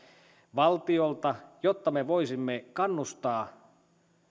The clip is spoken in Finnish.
valtiolta jotta me voisimme kannustaa